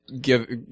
give